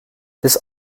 this